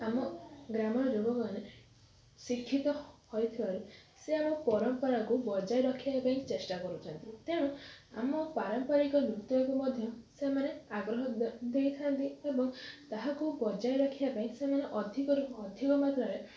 ଆମ ଗ୍ରାମର ଶିକ୍ଷିତ ହଇଥିବାରୁ ସେ ଆମ ପରମ୍ପରାକୁ ବଜାଇ ରଖିବା ପାଇଁ ଚେଷ୍ଟା କରୁଛନ୍ତି ତେଣୁ ଆମ ପାରମ୍ପାରିକ ନୃତ୍ୟକୁ ମଧ୍ୟ ସେମାନେ ଆଗ୍ରହ ଦେଇଥାନ୍ତି ଏବଂ ତାହାକୁ ବଜାଇ ରଖିବା ପାଇଁ ସେମାନେ ଅଧିକରୁ ଅଧିକ ମାତ୍ରାରେ